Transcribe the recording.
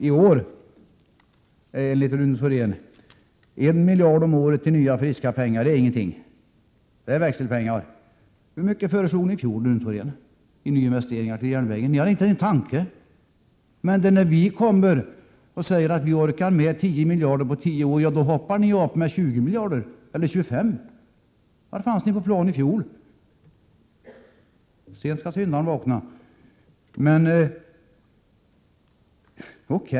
I år är enligt Rune Thorén en miljard om året i nya friska pengar ingenting — det är växelpengar. Men hur mycket föreslog ni i fjol till nyinvesteringar i SJ, Rune Thorén? Ni hade inte en tanke på några sådana anslag. Men när socialdemokraterna säger att vi orkar med tio miljarder på tio år, föreslår ni plötsligt 20 eller 25 miljarder. Var fanns ni på plan i fjol? Sent skall syndaren vakna!